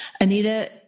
Anita